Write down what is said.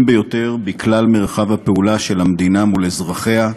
ביותר בכלל מרחב הפעולה של המדינה מול אזרחיה,